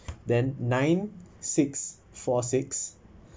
then nine six four six